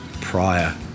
prior